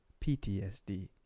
ptsd